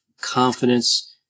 confidence